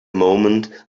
moment